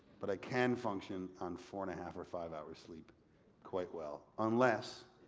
but i can function on four and a half or five hours sleep quite well, unless